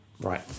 Right